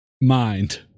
mind